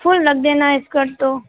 full रख देना skirt तो